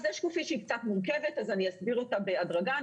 זאת שקופית שהיא קצת מורכבת ולכן אני אסביר אותה בהדרגה.